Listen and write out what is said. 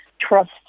trust